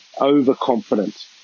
overconfident